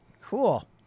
Cool